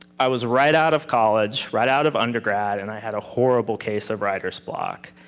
i was right out of college, right out of undergrad, and i had a horrible case of writer's block.